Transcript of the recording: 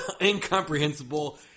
incomprehensible